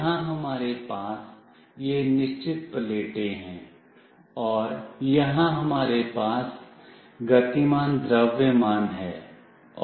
यहां हमारे पास ये निश्चित प्लेटें हैं और यहां हमारे पास गतिमान द्रव्यमान है